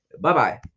bye-bye